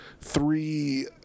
Three